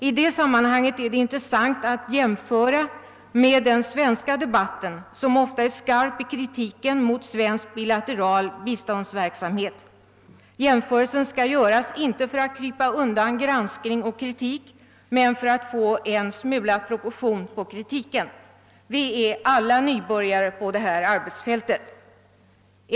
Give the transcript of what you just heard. I detta sammanhang är det intressant att jämföra med den svenska debatten, som ofta är skarp i kritiken mot svensk bilateral biståndsverksamhet. Jämförelsen bör göras, inte för att slippa undan granskning och kritik, men för att få en bättre proportion på kritiken. Vi är alla nybörjare på det här arbetsfältet.